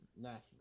National